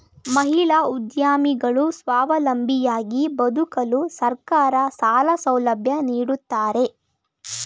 ಮಹಿಳಾ ಉದ್ಯಮಿಗಳು ಸ್ವಾವಲಂಬಿಯಾಗಿ ಬದುಕಲು ಸರ್ಕಾರ ಸಾಲ ಸೌಲಭ್ಯ ನೀಡುತ್ತಿದೆ